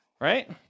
Right